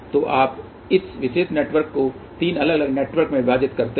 तो आप इस विशेष नेटवर्क को 3 अलग अलग नेटवर्क में विभाजित करते हैं